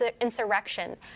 insurrection